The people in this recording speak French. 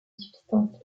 substance